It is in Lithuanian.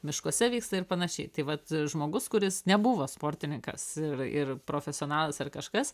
miškuose vyksta ir panašiai tai vat žmogus kuris nebuvo sportininkas ir ir profesionalas ar kažkas